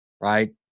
Right